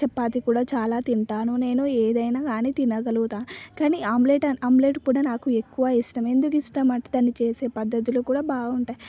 చపాతీ కూడా చాలా తింటాను నేను ఏదైనా కానీ తినగలుగుతాను కానీ ఆమ్లెట్ ఆమ్లెట్ కూడా నాకు ఎక్కువ ఇష్టం ఎందుకు ఇష్టం అంటే దాన్ని చేసే పద్ధతులు కూడా బాగుంటాయి